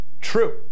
true